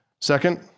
Second